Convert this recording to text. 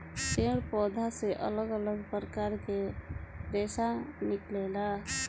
पेड़ पौधा से अलग अलग प्रकार के रेशा निकलेला